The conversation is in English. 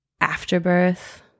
afterbirth